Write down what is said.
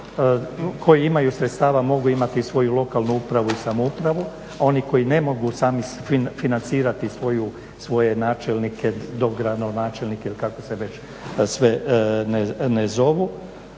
koji imaju sredstava mogu imati i svoju lokalnu upravu i samoupravu. A oni koji ne mogu sami financirati svoje načelnike, dogradonačelnike ili kako se već sve ne zovu